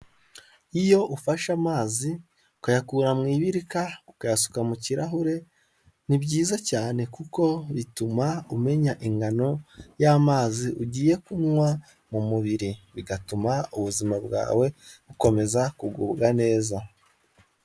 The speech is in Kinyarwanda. Iyo ufashe amazi ukayakura mu ibirika ukayasuka mu kirahure, ni byiza cyane kuko bituma umenya ingano y'amazi ugiye kunywa mu mubiri. bigatuma ubuzima bwawe bukomeza kugubwa neza.